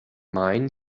main